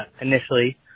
initially